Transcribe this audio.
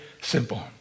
simple